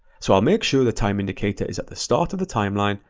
so i'll make sure the time indicator is at the start of the timeline,